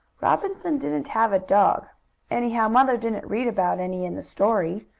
robinson didn't have a dog anyhow, mother didn't read about any in the story,